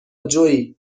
جویی